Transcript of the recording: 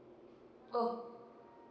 oh